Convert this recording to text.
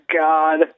god